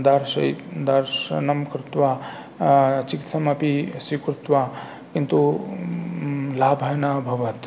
दार्श दर्शनं कृत्वा चिकित्साम् अपि स्वीकृत्य किन्तु लाभः न अभवत्